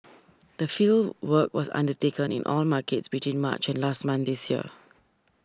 the fieldwork was undertaken in all markets between March and last month this year